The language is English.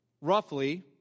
roughly